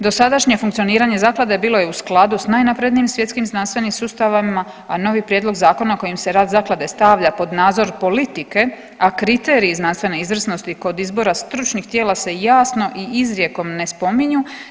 Dosadašnje funkcioniranje zaklade bilo je u skladu sa najnaprednijim znanstvenim sustavima, a novi prijedlog zakona kojim se rad zaklade stavlja pod nadzor politike, a kriteriji znanstvene izvrsnosti kod izbora stručnih tijela se jasno i izrijekom ne spominju.